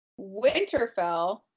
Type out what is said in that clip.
Winterfell